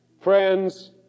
Friends